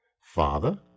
Father